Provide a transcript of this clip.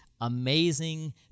amazing